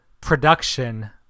production